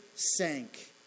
sank